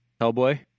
Hellboy